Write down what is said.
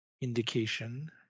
indication